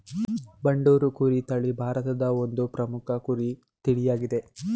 ಬಂಡೂರು ಕುರಿ ತಳಿ ಭಾರತದ ಒಂದು ಪ್ರಮುಖ ಕುರಿ ತಳಿಯಾಗಿದೆ